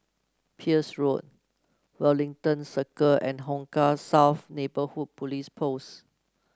Peirce Road Wellington Circle and Hong Kah South Neighbourhood Police Post